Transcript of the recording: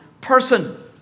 person